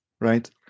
right